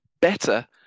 better